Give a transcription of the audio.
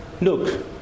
Look